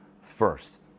first